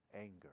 anger